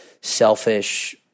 selfish